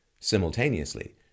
simultaneously